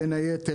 בין היתר,